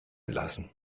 lassen